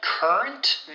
Current